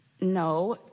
no